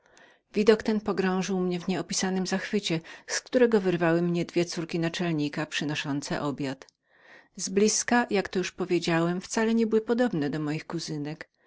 widok ten pogrążył mnie w nieopisanem zachwyceniu z którego wyrwały mnie dwie córki naczelnika przynoszące obiad z blizka jak to już powiedziałem wcale nie były podobne do moich